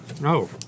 No